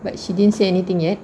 but she didn't say anything yet